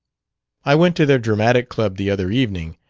i went to their dramatic club the other evening.